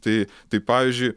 tai tai pavyzdžiui